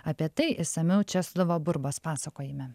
apie tai išsamiau česlovo burbos pasakojime